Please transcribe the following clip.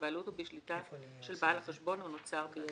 בבעלות או בשליטה של בעל החשבון או נוצר בידו.